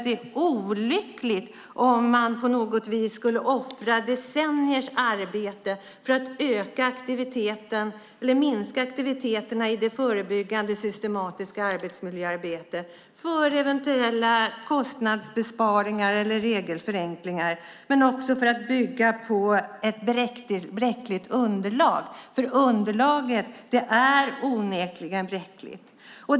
Det är olyckligt om man skulle offra decenniers arbete för att öka aktiviteterna i det förebyggande systematiska arbetsmiljöarbetet för eventuella kostnadsbesparingar eller regelförenklingar. Då bygger man på ett redan bräckligt underlag.